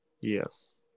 Yes